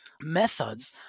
methods